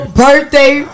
birthday